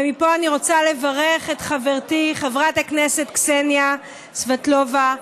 ומפה אני רוצה לברך את חברתי חברת הכנסת קסניה סבטלובה,